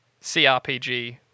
CRPG